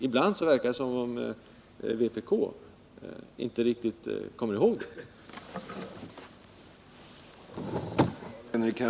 Ibland verkar det som om vpk inte riktigt kommer ihåg det.